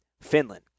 Finland